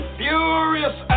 furious